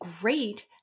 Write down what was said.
great